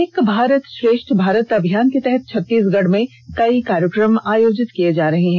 एक भारत श्रेष्ठ भारत अभियान के तहत छत्तीसगढ़ में कई कार्यक्रम आयोजित किया जा रहा है